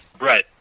Right